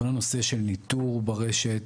כל הנושא של ניטור ברשת,